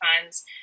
funds